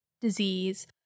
disease